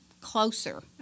closer